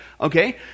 Okay